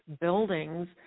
buildings